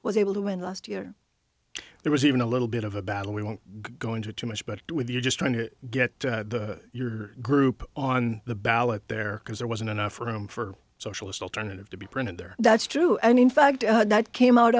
was able to win last year there was even a little bit of a battle we won't go into too much but with you just trying to get your group on the ballot there because there wasn't enough room for socialist alternative to be printed there that's true and in fact that came out